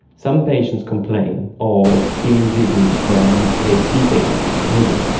some patients complain of feeling dizzy when they see things moving.